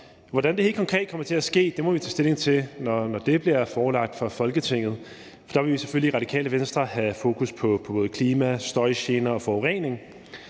Hvordan det helt konkret kommer til at ske, må vi tage stilling til, når det bliver forelagt for Folketinget. Der vil vi selvfølgelig i Radikale Venstre have fokus på både klima, støjgener og forurening.